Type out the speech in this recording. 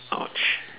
!ouch!